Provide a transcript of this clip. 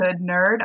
Nerd